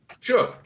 Sure